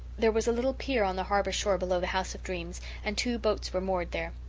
there was a little pier on the harbour shore below the house of dreams, and two boats were moored there.